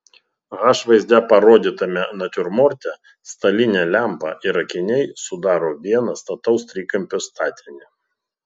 h vaizde parodytame natiurmorte stalinė lempa ir akiniai sudaro vieną stataus trikampio statinį